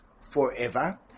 forever